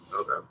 Okay